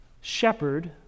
Shepherd